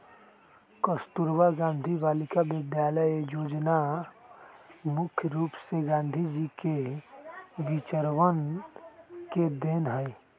कस्तूरबा गांधी बालिका विद्यालय योजना मुख्य रूप से गांधी जी के विचरवन के देन हई